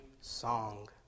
song